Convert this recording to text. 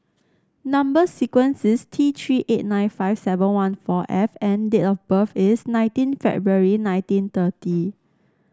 number sequence is T Three eight nine five seven one four F and date of birth is nineteen February nineteen thirty